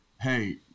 Hey